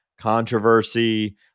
controversy